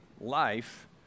life